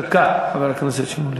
דעה נוספת לחבר הכנסת איציק שמולי,